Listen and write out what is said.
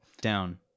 down